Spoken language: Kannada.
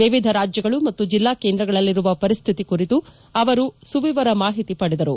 ವಿವಿಧ ರಾಜ್ಯಗಳು ಮತ್ತು ಜಿಲ್ಲಾ ಕೇಂದ್ರಗಳಲ್ಲಿರುವ ಪರಿಸ್ಥಿತಿ ಕುರಿತು ಅವರು ಸುವಿವರ ಮಾಹಿತಿ ಪಡೆದರು